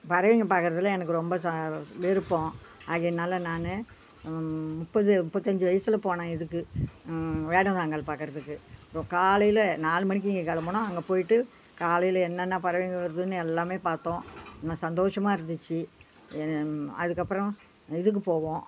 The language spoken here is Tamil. பறவைங்கள் பார்க்குறதுல எனக்கு ரொம்ப விருப்பம் ஆகையினால நான் முப்பது முப்பத்தஞ்சு வயசில் போனேன் இதுக்கு வேடந்தாங்கல் பார்க்கறதுக்கு இப்போ காலையில் நாலு மணிக்கு இங்கே கிளம்புனோம் அங்கே போயிட்டு காலையில் என்னென்ன பறவைங்கள் வருதுன்னு எல்லாமே பார்த்தோம் சந்தோஷமாக இருந்துச்சு அதுக்கப்புறோம் இதுக்கு போவோம்